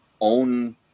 own